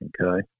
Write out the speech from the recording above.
okay